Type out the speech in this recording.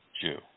Jew